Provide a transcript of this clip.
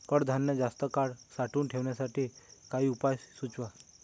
कडधान्य जास्त काळ साठवून ठेवण्यासाठी काही उपाय सुचवा?